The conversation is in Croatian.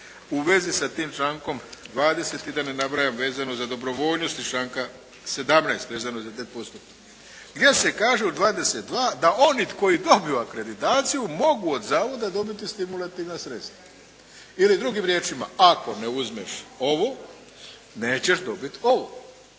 u vezi sa tim člankom 20. i da ne nabrajam vezano za dobrovoljnost iz članka 17. vezano za te postotke gdje se kaže u 22. da oni koji dobiju akreditaciju mogu od zavoda dobiti stimulativna sredstva. Ili drugim riječima, ako ne uzmeš ovu, nećeš dobit ovo.